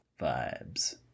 Vibes